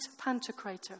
Pantocrator